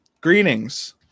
Greetings